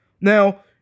Now